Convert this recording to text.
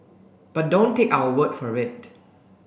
but don't take our word for it